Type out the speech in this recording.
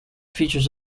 features